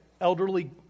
elderly